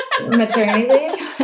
maternity